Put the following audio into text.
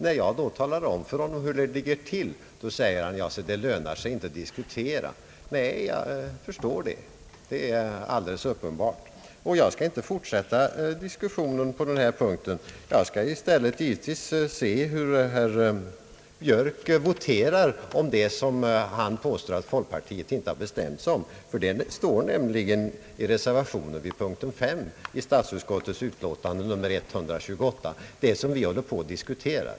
När jag då talar om för honom hur det ligger till, säger han: »Ja, det lönar sig inte att diskutera.» Nej, jag förstår det. Det är alldeles uppenbart, och jag skall inte fortsätta diskussionen på denna punkt. Jag skall i stället givetvis se hur herr Björk voterar om det som han påstår att folkpartiet inte har bestämt sig för, ty det står nämligen i reservationen a vid punkten 5 i statsutskottets utlåtande nr 128 — det utlåtande som vi nu håller på och diskuterar.